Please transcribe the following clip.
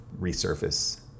resurface